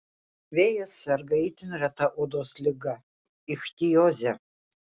vėjas serga itin reta odos liga ichtioze